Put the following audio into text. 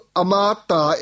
amata